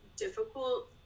difficult